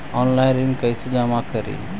Online ऋण कैसे जमा करी?